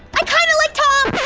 i kinda like tom!